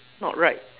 not right